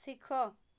ଶିଖ